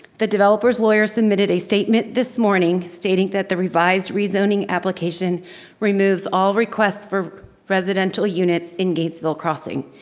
the developer's lawyer submitted a statement this morning stating that the revised rezoning application removes all requests for residential units in gainesville crossing.